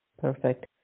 Perfect